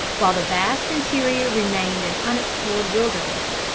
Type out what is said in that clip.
while the vast interior remained an unexplored wilderness.